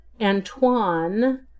Antoine